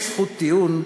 אין זכות טיעון,